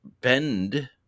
bend